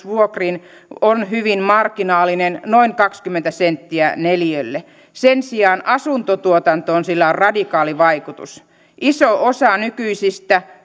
vuokriin on hyvin marginaalinen noin kaksikymmentä senttiä neliöltä sen sijaan asuntotuotantoon sillä on radikaali vaikutus iso osa nykyisistä